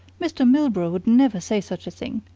mr. milburgh would never say such a thing.